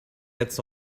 jetzt